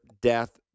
death